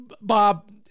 Bob